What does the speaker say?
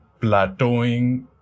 plateauing